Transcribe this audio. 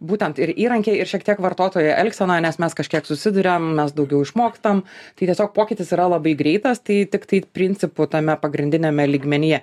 būtent ir įrankiai ir šiek tiek vartotojo elgseną nes mes kažkiek susiduriam mes daugiau išmokstam tai tiesiog pokytis yra labai greitas tai tiktai principų tame pagrindiniame lygmenyje